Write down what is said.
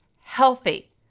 Healthy